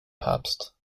papst